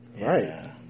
right